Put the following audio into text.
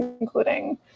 including